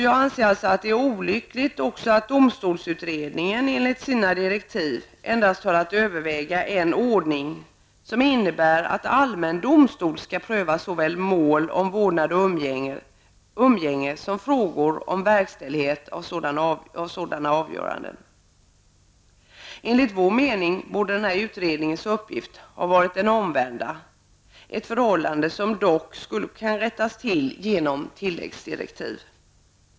Jag anser alltså att det är olyckligt att domstolsutredningen enligt sina direktiv endast har att överväga en ordning som innebär att allmän domstol skall pröva såväl mål om vårdnad och umgänge som frågor om verkställighet beträffande sådana avgöranden. Enligt vår mening borde utredningens uppgift ha varit den motsatta, något som dock kan rättas till genom tilläggsdirektiv.